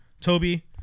Toby